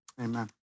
Amen